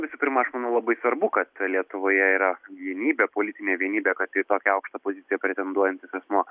visų pirma aš manau labai svarbu kad lietuvoje yra vienybė politinė vienybė kad į tokią aukštą poziciją pretenduojantis asmuo